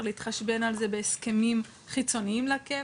להתחשבן על זה בהסכמים חיצוניים לקאפ.